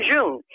June